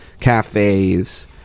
cafes